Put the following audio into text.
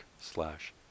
slash